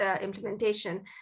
implementation